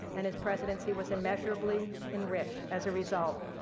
and his presidency was immeasurably enriched as a result.